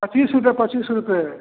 पच्चीस रुपये पच्चीस रुपये